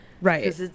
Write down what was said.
Right